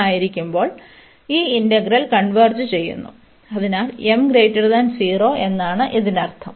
ആയിരിക്കുമ്പോൾ ഈ integral converge ചെയ്യുന്നു അതിനാൽ m 0 എന്നാണ് ഇതിനർത്ഥം